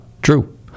True